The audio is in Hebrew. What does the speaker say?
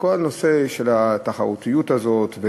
שכל הנושא של התחרותיות הזאת,